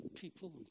people